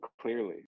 clearly